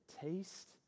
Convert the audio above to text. taste